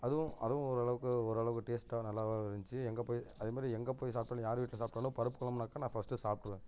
அதுவும் அதுவும் ஓரளவுக்கு ஓரளவுக்கு டேஸ்ட்டாக நல்லாதான் இருந்துச்சு எங்கே போய் அது மாதிரி எங்கே போய் சாப்பிட் யார் வீட்டில் சாப்பிட்டாலும் பருப்பு குழம்புனாக்கா நான் ஃபஸ்ட்டு சாப்பிட்ருவேன்